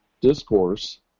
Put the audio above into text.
discourse